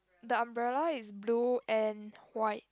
the umbrella is blue and white